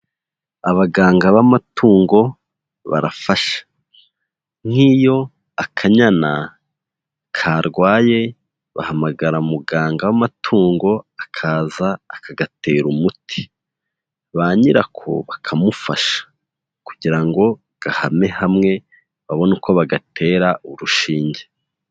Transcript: Abaganga b'amatungo barafasha; nk'iyo akanyana karwaye bahamagara muganga w'amatungo, akaza akagatera umuti, ba nyirako bakamufasha kugira ngo gahame hamwe babone uko ba bagatera urushinge.